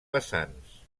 vessants